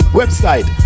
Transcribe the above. website